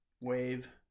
wave